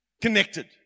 Connected